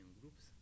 groups